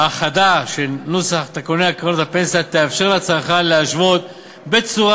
האחדה של נוסח תקנוני קרנות הפנסיה תאפשר לצרכן להשוות בצורה